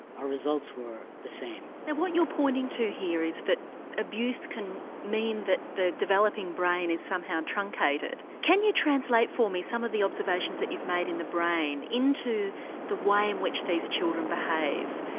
our results were the same. now what you're pointing to here is that abuse can mean that the developing brain is somehow truncated. can you translate for me some of the observations that you've made in the brain into the way in which these children behave?